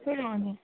ಹ್ಞೂ ಅನ್ನಿ